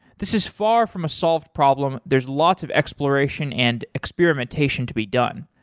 this is far from a solved problem. there is lots of exploration and experimentation to be done.